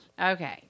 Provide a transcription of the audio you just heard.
Okay